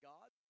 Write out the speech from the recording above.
God